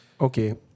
Okay